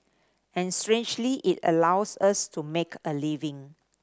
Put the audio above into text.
and strangely it allows us to make a living